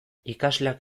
ikasleak